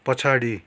पछाडि